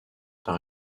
par